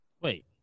Wait